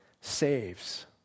saves